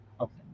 Okay